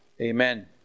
Amen